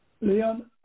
Leon